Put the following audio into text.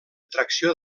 tracció